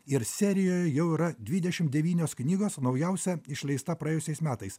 ir serijoje jau yra dvidešim devynios knygos naujausia išleista praėjusiais metais